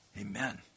Amen